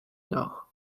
nord